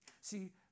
See